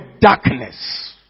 darkness